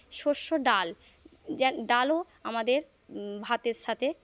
শস্য ডাল যা ডালও আমাদের ভাতের সাথে